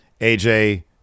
AJ